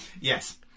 Yes